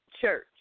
church